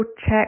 check